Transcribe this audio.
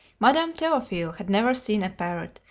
madame theophile had never seen a parrot,